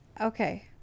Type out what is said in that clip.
okay